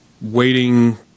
waiting